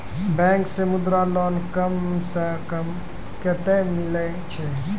Bank से Mudra loan कम सऽ कम कतैय मिलैय छै?